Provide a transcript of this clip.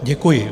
Děkuji.